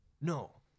No